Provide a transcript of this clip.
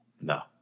no